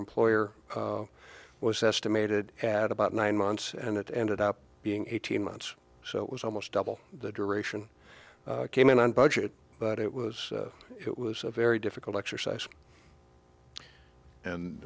employer was estimated at about nine months and it ended up being eighteen months so it was almost double the duration came in on budget but it was it was a very difficult exercise and